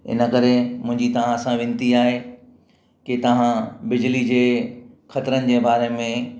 इन करे मुंहिंजी तव्हां सां विनती आहे की तव्हां बिजली जे ख़तिरनि जे बारे में